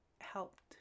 helped